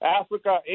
Africa